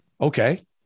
Okay